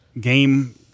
game